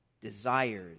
desires